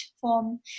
form